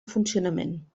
funcionament